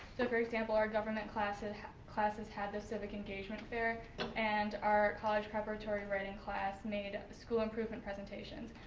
so, for example, our government classes classes had the civic engagement fair and our college preparatory writing class made school improvement presentations.